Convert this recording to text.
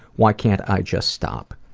why can't i just stop?